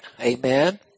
Amen